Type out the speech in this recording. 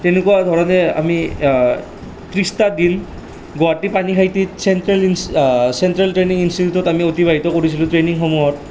তেনেকুৱা ধৰণে আমি ত্ৰিছটা দিন গুৱাহাটীৰ পানীখাইটিৰ চেণ্ট্ৰেল চেণ্ট্ৰেল ট্ৰেনিং ইনষ্টিটিউটত আমি অতিবাহিত কৰিছিলোঁ ট্ৰেনিংসমূহত